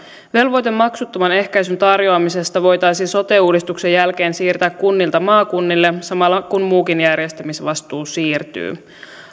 velvoite maksuttoman ehkäisyn tarjoamisesta voitaisiin sote uudistuksen jälkeen siirtää kunnilta maakunnille samalla kun muukin järjestämisvastuu siirtyy